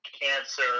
cancer